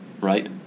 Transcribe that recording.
right